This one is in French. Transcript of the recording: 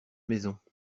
maisons